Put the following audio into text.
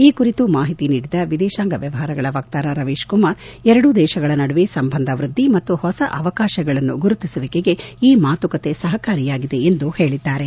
ಈ ಕುರಿತು ಮಾಹಿತಿ ನೀಡಿದ ವಿದೇಶಾಂಗ ವ್ದವಹಾರಗಳ ವಕ್ತಾರ ರವೀಶ್ ಕುಮಾರ್ ಎರಡೂ ದೇಶಗಳ ನಡುವೆ ಸಂಬಂಧ ವ್ಯದ್ದಿ ಮತ್ತು ಹೊಸ ಅವಕಾಶಗಳನ್ನು ಗುರುತಿಸುವಿಕೆಗೆ ಈ ಮಾತುಕತೆ ಸಹಕಾರಿಯಾಗಿದೆ ಎಂದು ಹೇಳದ್ದಾರೆ